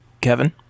Kevin